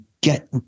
get